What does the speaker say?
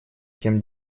тем